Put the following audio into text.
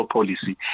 policy